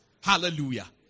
Hallelujah